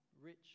rich